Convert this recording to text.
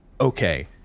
okay